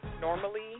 normally